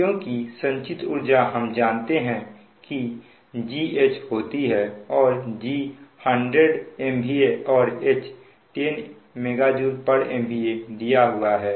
क्योंकि संचित ऊर्जा हम जानते हैं कि G H होती है और G 100 MVAऔर H 10 MJMVA दिया हुआ है